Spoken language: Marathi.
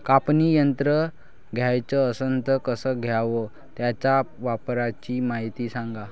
कापनी यंत्र घ्याचं असन त कस घ्याव? त्याच्या वापराची मायती सांगा